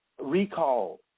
recall